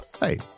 Hey